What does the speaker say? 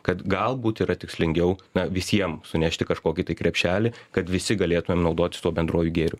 kad galbūt yra tikslingiau na visiem sunešti kažkokį tai krepšelį kad visi galėtumėm naudotis tuo bendruoju gėriu